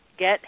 get